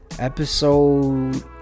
episode